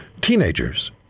teenagers